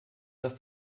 dass